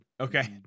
okay